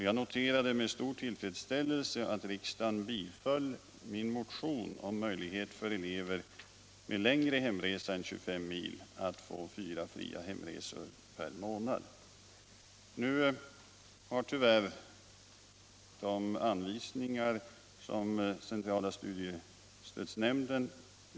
Jag noterade med stor tillfredsställelse att riksdagen biföll min motion om möjlighet för elever med längre hemreseväg än 25 mil att få fyra fria hemresor per månad. Nu har tyvärr de anvisningar som centrala studiestödsnämnder.